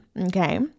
Okay